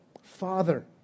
Father